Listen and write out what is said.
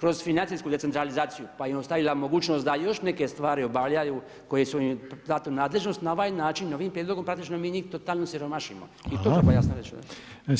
kroz financijsku decentralizaciju, pa i ostavila mogućnost da još neke stvari obavljaju koje su im date u nadležnost na ovaj način, ovim prijedlogom praktično mi njih totalno osiromašimo i to treba jasno reći.